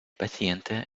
paciente